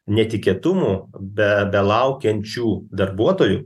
netikėtumų be belaukiančių darbuotojų